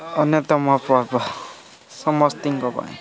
ଅନ୍ୟତମ ପର୍ବ ସମସ୍ତିଙ୍କ ପାଇଁ